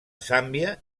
zàmbia